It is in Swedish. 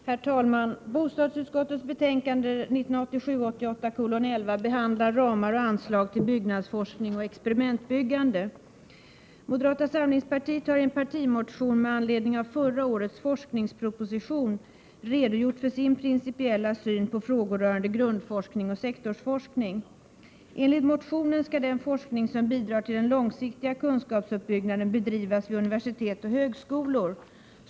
Herr talman! I bostadsutskottets betänkande 1987/88:11 behandlas ramar och anslag till byggnadsforskning och experimentbyggande. Moderata samlingspartiet har i en partimotion med anledning av förra årets forsknings proposition redogjort för sin principiella syn på frågor rörande grundforskning och sektorsforskning. Enligt motionen skall den forskning som bidrar till den långsiktiga kunskapsuppbyggnaden bedrivas vid universitet och högskolor.